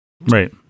right